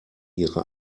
ihre